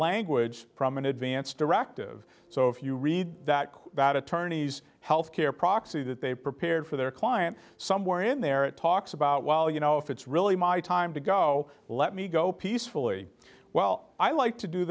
language from an advance directive so if you read that that attorneys health care proxy that they prepared for their client somewhere in there it talks about well you know if it's really my time to go let me go peacefully while i like to do